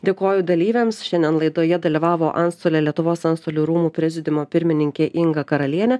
dėkoju dalyviams šiandien laidoje dalyvavo antstolė lietuvos antstolių rūmų prezidiumo pirmininkė inga karalienė